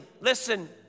listen